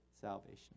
salvation